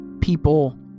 people